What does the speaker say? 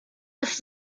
ist